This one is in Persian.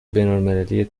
بینالمللی